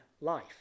life